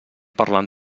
parlant